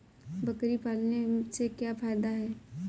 बकरी पालने से क्या फायदा है?